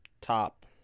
top